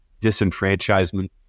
disenfranchisement